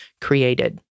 created